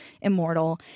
immortal